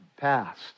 passed